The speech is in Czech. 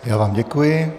Já vám děkuji.